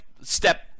step